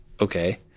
Okay